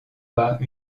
pas